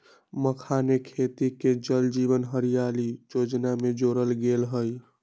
मखानके खेती के जल जीवन हरियाली जोजना में जोरल गेल हई